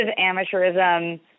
amateurism